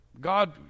God